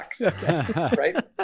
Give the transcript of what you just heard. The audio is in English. Right